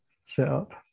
setup